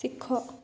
ଶିଖ